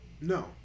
no